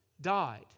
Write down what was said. died